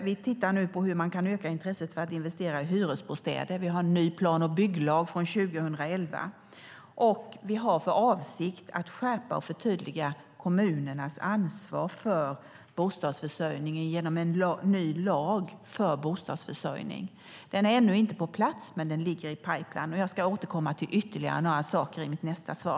Vi tittar nu på hur man kan öka intresset för att investera i hyresbostäder, vi har en ny plan och bygglag från 2011 och vi har för avsikt att skärpa och förtydliga kommunernas ansvar för bostadsförsörjningen genom en ny lag för bostadsförsörjning. Den är ännu inte på plats, men den ligger i pipeline. Jag ska återkomma till ytterligare några saker i mitt nästa svar.